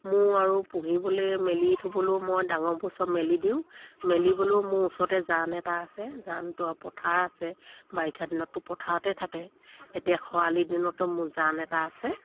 মোৰ আৰু পুহিবলৈ মেলি থ'বলৈও মই ডাঙৰবোৰ চব মেলি দিওঁ মেলিবলৈও মোৰ ওচৰতে জান এটা আছে জানটো আৰু পথাৰ আছে বাৰিষা দিনততো পথাৰতে থাকে এতিয়া খৰালি দিনতো মোৰ জান এটা আছে